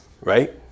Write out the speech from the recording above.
right